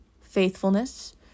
faithfulness